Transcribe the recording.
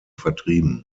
vertrieben